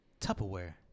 Tupperware